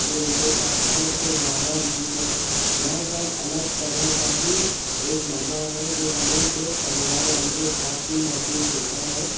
फिर उनके साथ फिर से जाना घूमने यह सब अलग तरह का ही एक मजा है जो हमें सिर्फ परिवार वालों के साथ ही महसूस होता है